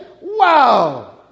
wow